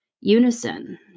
unison